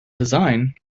design